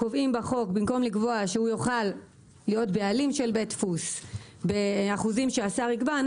במקום לקבוע בחוק שהוא יוכל להיות בעלים של בית דפוס באחוזים שהשר יקבע,